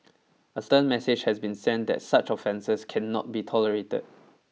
a stern message has been sent that such offences cannot be tolerated